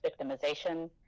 victimization